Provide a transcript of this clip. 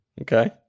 okay